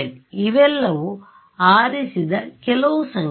ez ಇವೆಲ್ಲವೂ ಆರಿಸಿದ ಕೆಲವು ಸಂಖ್ಯೆಗಳು